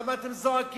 למה אתם זועקים?